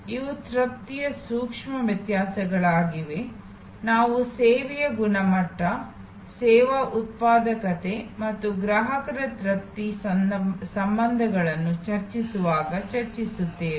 ಇವು ತೃಪ್ತಿಯ ಸೂಕ್ಷ್ಮ ವ್ಯತ್ಯಾಸಗಳಾಗಿವೆ ನಾವು ಸೇವೆಯ ಗುಣಮಟ್ಟ ಸೇವಾ ಉತ್ಪಾದಕತೆ ಮತ್ತು ಗ್ರಾಹಕರ ತೃಪ್ತಿ ಸಂಬಂಧಗಳನ್ನು ಚರ್ಚಿಸುವಾಗ ಚರ್ಚಿಸುತ್ತೇವೆ